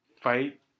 Fight